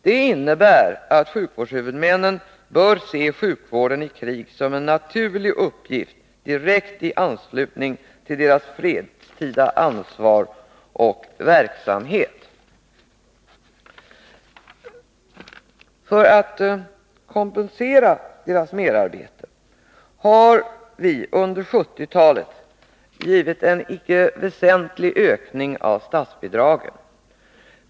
Det innebär att sjukvårdshuvudmännen bör se sjukvården i krig som en naturlig uppgift i direkt anslutning till deras fredstida ansvar och verksamhet. För att kompensera deras merarbete har under 1970-talet en icke oväsentlig ökning av statsbidraget skett.